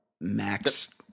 max